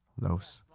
Los